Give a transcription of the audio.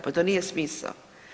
Pa to nije smisao.